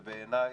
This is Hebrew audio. ובעיניי,